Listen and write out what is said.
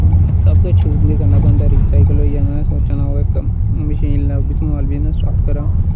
सबकिश उं'दे कन्नै बनदा रिसाईकल होइयै में सोचा ना मशीन समाल बिजनस स्टार्ट करां